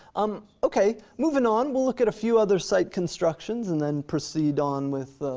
um okay, moving on, we'll look at a few other site constructions and then proceed on with